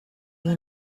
mean